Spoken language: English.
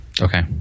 Okay